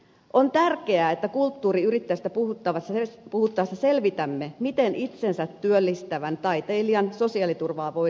on tärkeää että kulttuuriyrittäjyydestä puhuttaessa selvitämme miten itsensä työllistävän taiteilijan sosiaaliturvaa voidaan parantaa